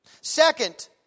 Second